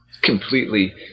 completely